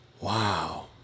wow